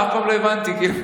זה רק